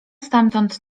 stamtąd